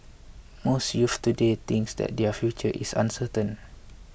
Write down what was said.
most youths today think that their future is uncertain